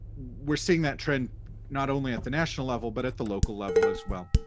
we're seeing that trend not only at the national level, but at the local level as well.